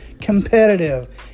competitive